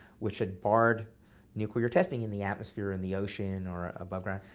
which had barred nuclear testing in the atmosphere and the ocean or aboveground.